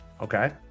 okay